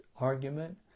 argument